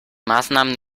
maßnahmen